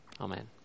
Amen